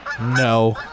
No